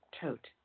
tote